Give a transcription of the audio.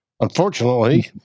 Unfortunately